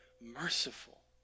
merciful